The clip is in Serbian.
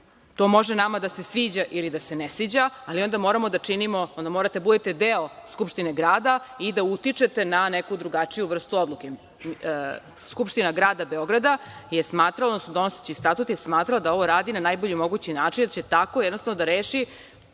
To može nama da se sviđa ili ne sviđa, ali onda morate da budete deo Skupštine grada i da utičete na neku drugačiju vrstu odluke. Skupština Grada Beograda je smatrala, odnosno donoseći statut je smatrao da ovo radi na najbolji mogući način, jer će tako jednostavno da reši